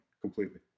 completely